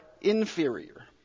inferior